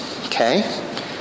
Okay